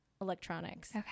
electronics